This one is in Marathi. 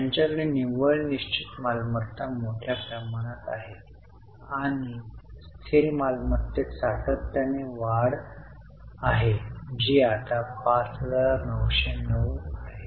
त्यांच्याकडे निव्वळ निश्चित मालमत्ता मोठ्या प्रमाणात आहे आणि स्थिर मालमत्तेत सातत्याने वाढ आहे जी आता 5909 आहे